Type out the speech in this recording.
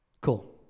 Cool